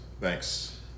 thanks